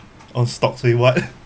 on stocks wait what